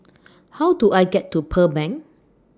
How Do I get to Pearl Bank